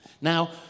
Now